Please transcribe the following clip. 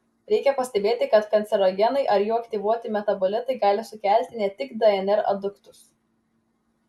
reikia pastebėti kad kancerogenai ar jų aktyvuoti metabolitai gali sukelti ne tik dnr aduktus